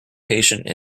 patient